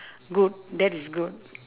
good that is good